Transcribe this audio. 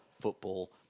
football